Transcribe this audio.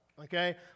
okay